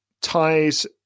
ties